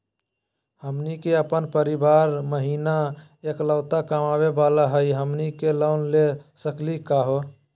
हमनी के अपन परीवार महिना एकलौता कमावे वाला हई, हमनी के लोन ले सकली का हो?